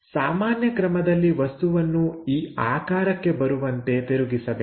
ಸಾಮಾನ್ಯ ಕ್ರಮದಲ್ಲಿ ವಸ್ತುವನ್ನು ಈ ಆಕಾರಕ್ಕೆ ಬರುವಂತೆ ತಿರುಗಿಸಬೇಕು